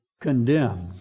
condemned